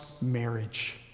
marriage